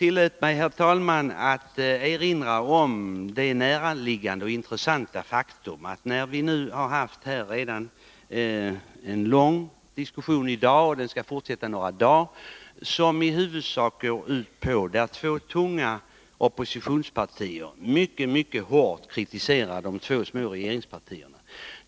Herr talman! Den långa diskussion som vi har haft i dag och som skall fortsätta ytterligare ett par dagar går i huvudsak ut på att två tunga oppositionspartier mycket hårt kritiserar de två små regeringspartierna.